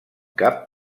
cap